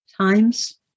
times